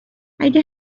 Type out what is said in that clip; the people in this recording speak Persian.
اگه